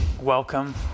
welcome